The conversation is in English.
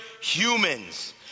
humans